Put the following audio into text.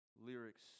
lyrics